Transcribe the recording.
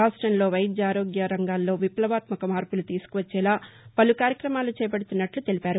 రాష్టంలో వైద్య ఆరోగ్య రంగాల్లో విప్లవాత్మక మార్పులు తీసుకువచ్చేలా పలు కార్యక్రమాలు చేపడుతున్నట్లు తెలిపారు